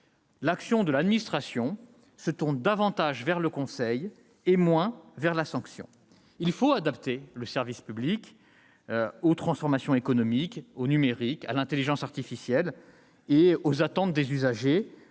L'action de l'administration se tourne ainsi davantage vers le conseil et moins vers la sanction. Il faut adapter le service public aux transformations économiques, au numérique, à l'intelligence artificielle, ainsi qu'aux attentes des usagers,